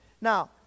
now